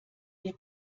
der